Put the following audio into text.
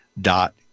dot